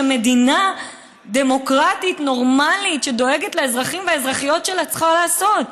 שמדינה דמוקרטית נורמלית שדואגת לאזרחים והאזרחיות שלה צריכה לעשות,